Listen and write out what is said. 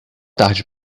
tarde